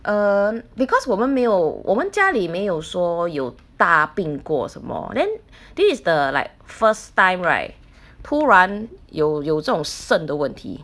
um because 我们没有我们家里没有说有大病过什么 then this is the like first time right 突然有有这种肾的问题